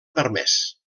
permès